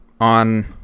on